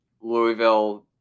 Louisville